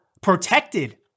protected